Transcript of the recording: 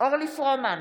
אורלי פרומן,